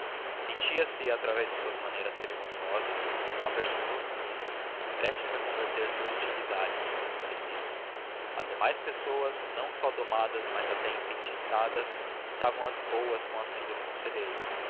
sentia-se através de suas maneiras cerimoniosas uma aversão profunda prestes a converter se em hostilidade se fosse preciso as demais pessoas não só domadas mas até enfeitiçadas estavam às boas com a filha do conselheiro